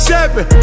Seven